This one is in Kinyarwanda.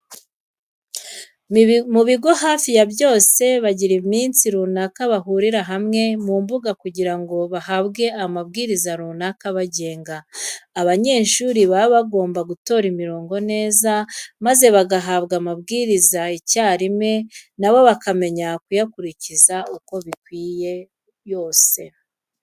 Mu bigo hafi ya byose bagira iminsi runaka bahurira hamwe mu mbuga kugira ngo bahabwe amabwiriza runaka abagenga. Abanyeshuri baba bagomba gutonda imirongo neza, maze bagahabwa amabwiriza icyarimwe na bo bakamenya kuyakurikiza uko bikwiye yose.